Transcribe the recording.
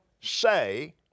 say